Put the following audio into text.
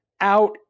out